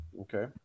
Okay